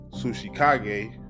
Sushikage